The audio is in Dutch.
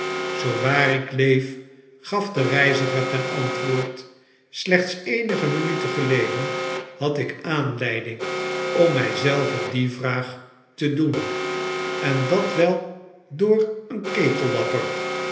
zoo waar ik leef gaf de reiziger ten antwoord slechts eenige minuten geledenhadik aanleiding om my zelven die vraag te doen en dat wel door een